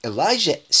Elijah